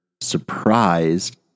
surprised